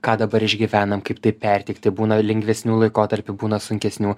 ką dabar išgyvenam kaip tai perteikti būna lengvesnių laikotarpių būna sunkesnių